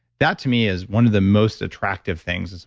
that to me is one of the most attractive things is,